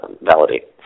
validate